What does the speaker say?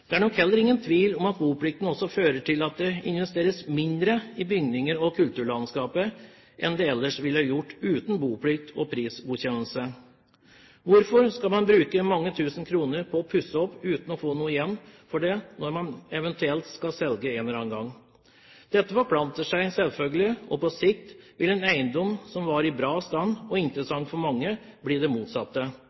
Det er nok heller ingen tvil om at boplikten også fører til at det investeres mindre i bygninger og i kulturlandskapet enn det ville blitt gjort uten boplikt og prisgodkjennelse. Hvorfor skal man bruke mange tusen kroner på å pusse opp uten å få noe igjen for det når man eventuelt skal selge en eller annen gang? Dette forplanter seg selvfølgelig, og på sikt vil en eiendom som var i bra stand og interessant for mange, bli det motsatte.